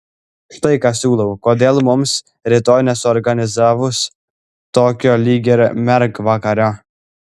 štai ką siūlau kodėl mums rytoj nesuorganizavus tokio lyg ir mergvakario